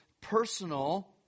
personal